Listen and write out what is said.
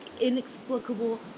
inexplicable